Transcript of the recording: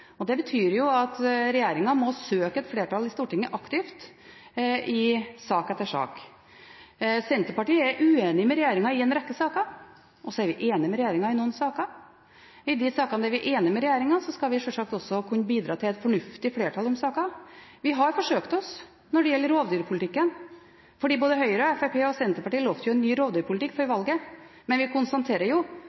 og det betyr jo at regjeringen aktivt må søke et flertall i Stortinget i sak etter sak. Senterpartiet er uenig med regjeringen i en rekke saker, og så er vi enige med regjeringen i noen saker, og i de sakene der vi er enige med regjeringen, skal vi sjølsagt også kunne bidra til et fornuftig flertall om sakene. Vi har forsøkt oss når det gjelder rovdyrpolitikken, fordi både Høyre og Fremskrittspartiet og Senterpartiet lovte en ny rovdyrpolitikk før valget, men vi konstaterer jo